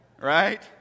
Right